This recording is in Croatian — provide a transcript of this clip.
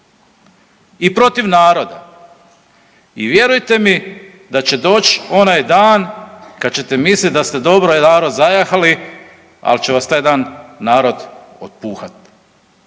i protiv naroda. I vjerujte mi da će doć onaj dan kad ćete misliti da ste dobro narod zajahali, ali će vas taj dan narod otpuhat.